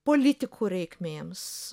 politikų reikmėms